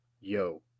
yo